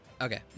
Okay